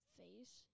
face